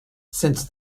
since